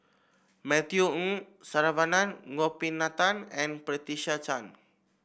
Matthew Ngui Saravanan Gopinathan and Patricia Chan